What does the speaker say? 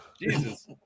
Jesus